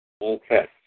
Okay